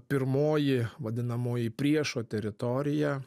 pirmoji vadinamoji priešo teritorija